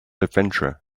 adventurer